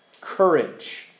courage